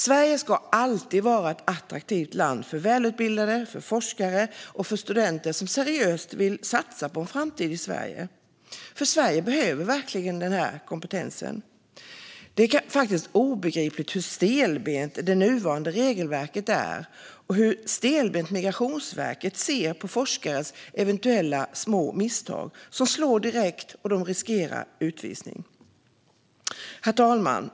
Sverige ska alltid vara ett attraktivt land för välutbildade människor, för forskare och för studenter som seriöst vill satsa på en framtid i Sverige. Sverige behöver nämligen den här kompetensen. Det är faktiskt obegripligt hur stelbent det nuvarande regelverket är och hur stelbent Migrationsverket ser på forskares eventuella små misstag. Man slår till direkt, och forskarna riskerar utvisning. Herr talman!